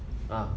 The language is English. ah